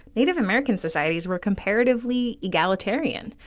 native american societies were comparatively egalitarian.